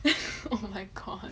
oh my god